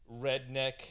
redneck